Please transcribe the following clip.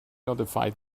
notified